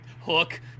Hook